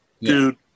Dude